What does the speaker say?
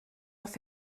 off